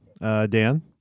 Dan